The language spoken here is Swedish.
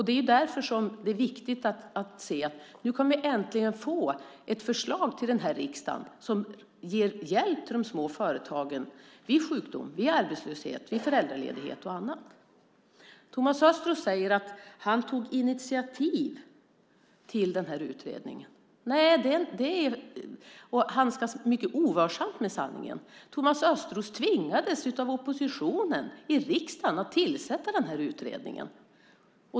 Det är därför som det är viktigt att se att vi nu äntligen kan få ett förslag till den här riksdagen som ger hjälp till de små företagen vid sjukdom, vid arbetslöshet, vid föräldraledighet och annat. Thomas Östros säger att han tog initiativ till denna utredning. Det är att handskas mycket ovarsamt med sanningen. Thomas Östros tvingades av oppositionen i riksdagen att tillsätta denna utredning.